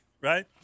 right